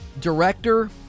director